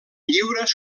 lliures